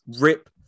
rip